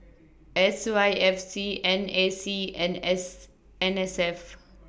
S Y F C N A C and S N S F